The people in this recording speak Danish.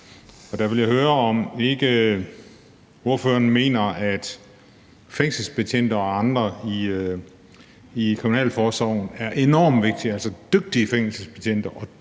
Der vil jeg høre, om ikke ordføreren mener, at fængselsbetjente og andre i kriminalforsorgen er enormt vigtige. Dygtige fængselsbetjente